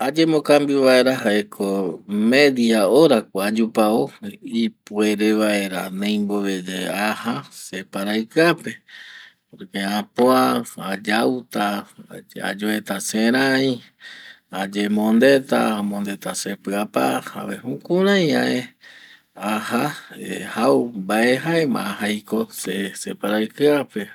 Ayemokambio vaera jaeko media hora ko ayupavo ipuere vaera neimbove ye aja se paraikia pe porque apua, ayauta ayueta serai, ayemondeta, amondeta se pia pe aja jukurai ae aja ˂hesitation˃ jau vae jaema aja aiko se paraikia pe.